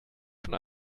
schon